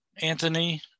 anthony